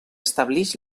estableix